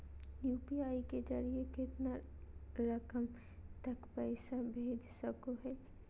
UPI के जरिए कितना रकम तक पैसा भेज सको है?